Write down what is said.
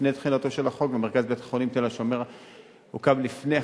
תחילתו של החוק יוקם ויופעל מרכז סיוע אחד לפחות.